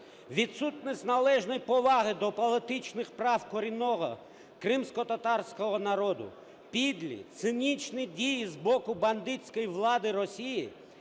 Відсутність належної поваги до політичних прав корінного кримськотатарського народу, підлі, цинічні дії з боку бандитської влади Росії,